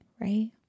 Right